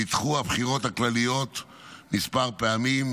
נדחו הבחירות הכלליות כמה פעמים,